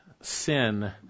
sin